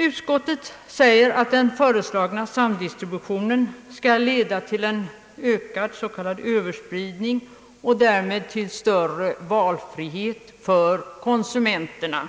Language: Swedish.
Utskottet säger att den föreslagna samdistributionen skall leda till en ökad s.k. överspridning och därmed till större valfrihet för konsumenterna.